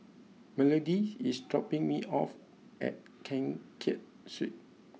Melodee is dropping me off at Keng Kiat Street